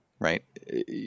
Right